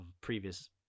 previous